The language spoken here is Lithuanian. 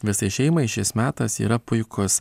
visai šeimai šis metas yra puikus